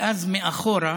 ואז, מאחור,